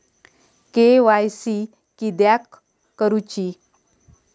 KYC किदयाक करूची?